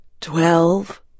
Twelve